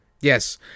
Yes